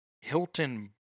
Hilton